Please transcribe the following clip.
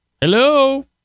Hello